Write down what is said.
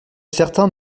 certains